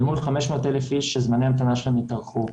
אל מול 500 אלף איש שזמני ההמתנה שלהם התארכו.